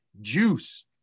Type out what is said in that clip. Juice